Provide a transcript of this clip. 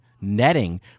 netting